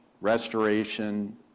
restoration